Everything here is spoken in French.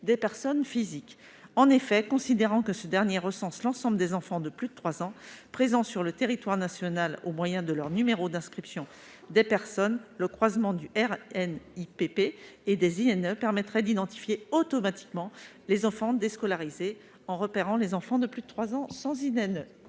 des enfants déscolarisés. En effet, sachant que ce dernier répertoire recense l'ensemble des enfants de plus de trois ans présents sur le territoire national au moyen de leur numéro d'inscription au répertoire (NIR), le croisement du RNIPP et des INE permettrait d'identifier automatiquement les enfants déscolarisés en repérant les enfants de plus de trois ans sans INE.